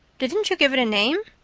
didn't you give it a name?